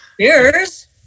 Cheers